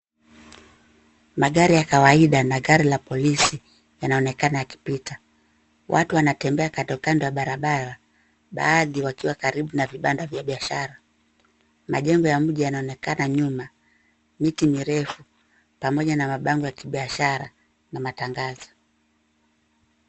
Magari ya kawaida na gari la polisi yanaonekana yakipita. Watu wanatembea kando kando ya barabara, baadhi wakiwa karibu na vibanda vya biashara. Majengo ya mji yanaonekana nyuma, miti mirefu pamoja na mabango ya kibiashara na matangazo.